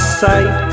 sight